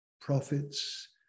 prophets